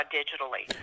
digitally